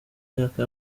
myaka